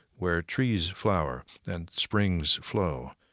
where trees flower and springs flow,